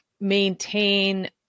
maintain